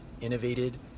innovated